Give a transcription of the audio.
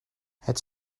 het